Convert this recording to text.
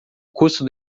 custo